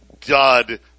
dud